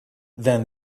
then